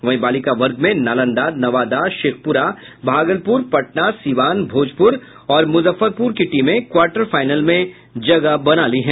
वहीं बालिका वर्ग में नालंदा नवादा शेखपुरा भागलपुर पटना सीवान भोजपुर और मुजफ्फरपुर की टीमें क्वार्टर फाइनल में जगह बना ली है